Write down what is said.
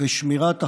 ושמירת החוק,